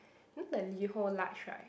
you know the Liho large right